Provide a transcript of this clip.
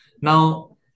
Now